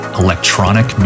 electronic